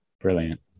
Brilliant